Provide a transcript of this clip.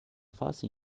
fase